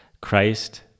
Christ